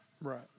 Right